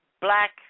Black